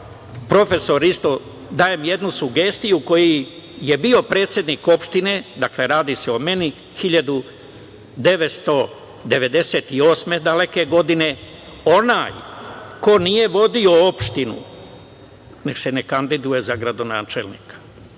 profesor isto dajem jednu sugestiju, koji je bio predsednik opštine, dakle radi se o meni, 1998. daleke godine, onaj ko nije vodio opštinu nek se ne kandiduje za gradonačelnika.